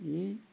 ओइ